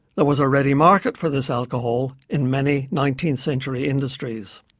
there was a ready market for this alcohol in many nineteenth century industries.